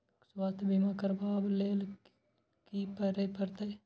स्वास्थ्य बीमा करबाब के लीये की करै परतै?